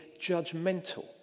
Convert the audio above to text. judgmental